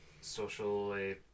socially